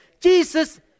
Jesus